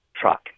truck